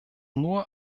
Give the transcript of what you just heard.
nur